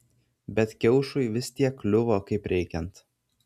bet kiaušui vis tiek kliuvo kaip reikiant